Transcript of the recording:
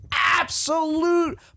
absolute